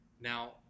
Now